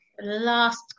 last